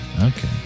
Okay